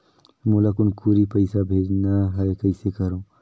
मोला कुनकुरी पइसा भेजना हैं, कइसे करो?